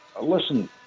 Listen